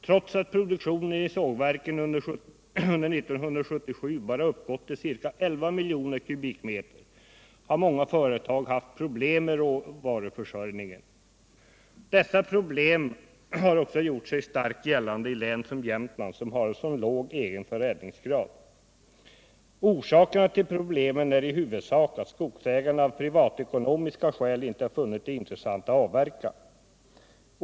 Trots att produktionen i sågverken under 1977 bara uppgått till ca 11 miljoner m? har många företag haft problem med råvaruförsörjningen. Dessa problem har också gjort sig starkt gällande i län som Jämtland som har en så låg egen förädlingsgrad. Orsakerna till problemen är i huvudsak att skogsägarna av privatekonomiska skäl inte har funnit det intressant att avverka.